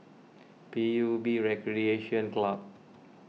P U B Recreation Club